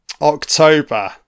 October